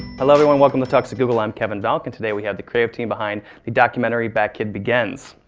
hello everyone. welcome to talks at google. i'm kevin vlk. and today we have the creative team behind the documentary batkid begins.